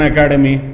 Academy